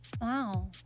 Wow